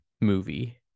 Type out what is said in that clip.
movie